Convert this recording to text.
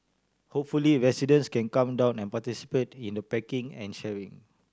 hopefully residents can come down and participate in the packing and sharing